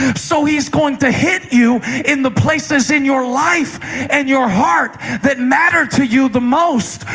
so he's going to hit you in the places in your life and your heart that matter to you the most.